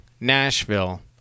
Nashville